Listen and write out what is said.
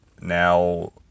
Now